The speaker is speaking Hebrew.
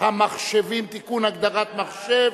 המחשבים (תיקון, הגדרת מחשב),